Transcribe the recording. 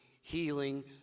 healing